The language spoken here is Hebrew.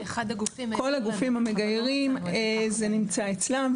כל הגופים המגיירים זה נמצא אצלם.